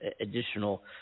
additional